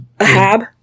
Ahab